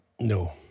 No